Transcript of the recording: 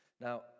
Now